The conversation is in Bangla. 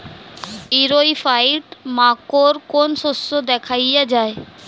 ইরিও ফাইট মাকোর কোন শস্য দেখাইয়া যায়?